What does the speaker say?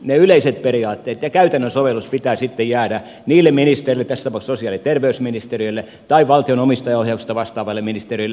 ne yleiset periaatteet ja käytännön sovellus pitää sitten jäädä ministereille tässä tapauksessa sosiaali ja terveysministerille tai valtion omistajaohjauksesta vastaavalle ministerille